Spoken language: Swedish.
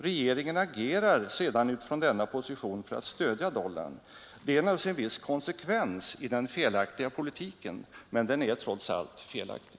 Regeringen agerar sedan utifrån denna position för att stödja dollarn. Det är naturligtvis en viss konsekvens i den felaktiga politiken, men den är trots allt felaktig.